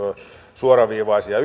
suoraviivaisia